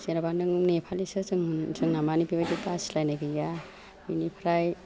जेन'बा नों नेपालिसो जों जोंना मानि बेबादि बासिलायनाय गैया बिनिफ्राय